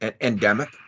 endemic